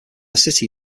city